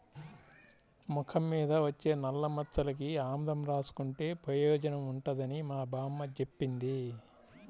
మొఖం మీద వచ్చే నల్లమచ్చలకి ఆముదం రాసుకుంటే పెయోజనం ఉంటదని మా బామ్మ జెప్పింది